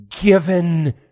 given